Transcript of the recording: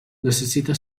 necessita